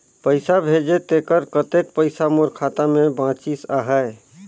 पइसा भेजे तेकर कतेक पइसा मोर खाता मे बाचिस आहाय?